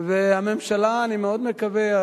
והממשלה אני מאוד מקווה,